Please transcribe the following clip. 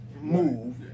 move